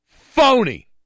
phony